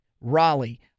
Raleigh